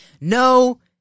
No